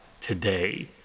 today